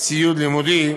ציוד לימודי,